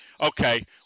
okay